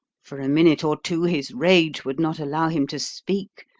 for a minute or two his rage would not allow him to speak,